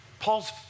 Paul's